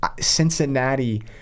Cincinnati